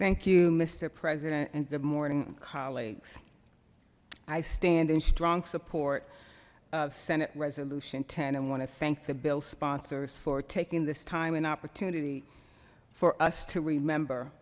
thank you mister president and the morning and colleagues i stand in strong support of senate resolution ten and want to thank the bill sponsors for taking this time and opportunity for us to remember